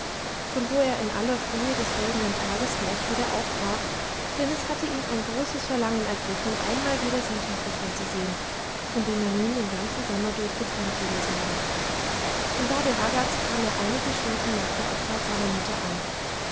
von wo er in aller frühe des folgenden tages gleich wieder aufbrach denn es hatte ihn ein großes verlangen ergriffen einmal wieder sein töchterchen zu sehen von dem er nun den ganzen sommer durch getrennt gewesen war im bade ragaz kam er einige stunden nach der abfahrt seiner mutter an